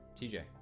TJ